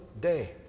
day